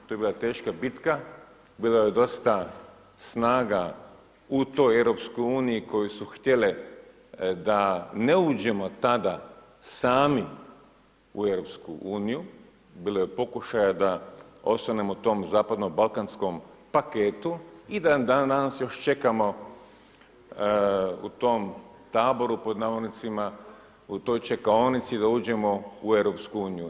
To je bila teška bitka, bilo je dosta snaga u toj EU koje su htjele da ne uđemo tada sami u EU, bilo je pokušaja da ostanemo u tom zapadno Balkanskom paketu i da dan-danas još čekamo u tom taboru, pod navodnicima, u toj čekaonici da uđemo u EU.